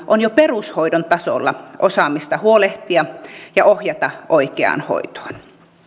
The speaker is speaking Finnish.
on jo perushoidon tasolla osaamista huolehtia ja ohjata oikeaan hoitoon